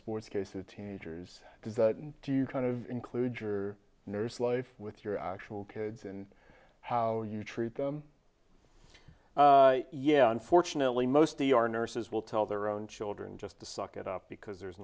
sports case with teenagers does that do you kind of include your nurse life with your actual kids and how you treat them yeah unfortunately most e r nurses will tell their own children just to suck it up because there's